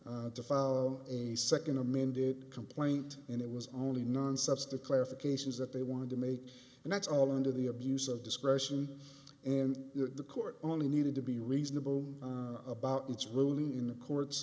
to file a second amended complaint and it was only nonsense the clarification is that they wanted to make and that's all under the abuse of discretion and the court only needed to be reasonable about it's really in the court